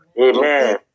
Amen